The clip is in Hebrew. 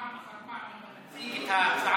פעם אחר פעם אתה מציג את ההצעה